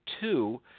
two